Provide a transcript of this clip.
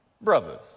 Brother